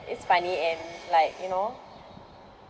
it's funny and like you know